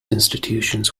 institutions